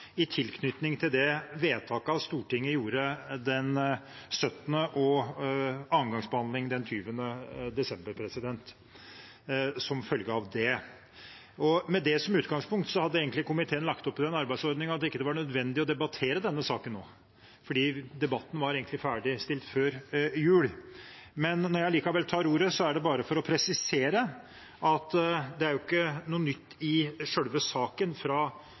i tilknytning til de vedtakene Stortinget gjorde den 17. desember og som følge av det ved annengangsbehandlingen den 20. desember. Med det som utgangspunkt hadde komiteen egentlig lagt opp til den arbeidsordningen at det ikke var nødvendig å debattere denne saken nå, fordi debatten egentlig var ferdigstilt før jul. Når jeg likevel tar ordet, er det bare for å presisere at det er ikke noe nytt i selve saken fra